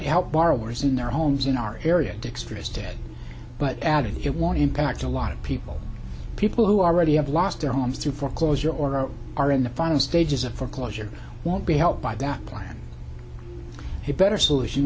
help borrowers in their homes in our area dexterous dad but added it won't impact a lot of people people who are already have lost their homes through foreclosure or are in the final stages of foreclosure won't be helped by that plan a better solution